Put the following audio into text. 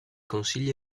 consigli